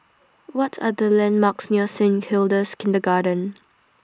What Are The landmarks near Saint Hilda's Kindergarten